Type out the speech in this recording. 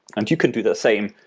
and you can do the same.